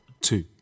two